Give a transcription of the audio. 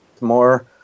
more